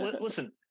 listen